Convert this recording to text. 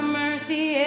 mercy